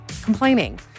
complaining